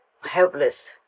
helpless